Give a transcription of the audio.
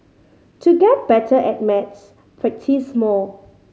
to get better at maths practise more